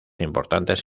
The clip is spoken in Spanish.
importantes